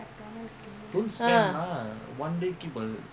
cannot you you know you very fat your food also not enough for you